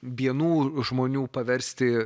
vienų žmonių paversti